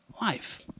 life